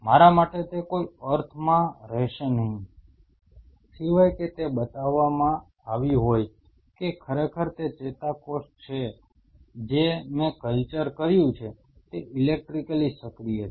મારા માટે તે કોઈ અર્થમાં રહેશે નહીં સિવાય કે તે બતાવવામાં આવ્યું હોય કે ખરેખર તે ચેતાકોષ જે મેં કલ્ચર કર્યું છે તે ઇલેક્ટ્રિકલી સક્રિય છે